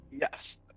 Yes